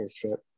trip